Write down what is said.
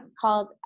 called